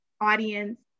audience